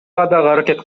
аракет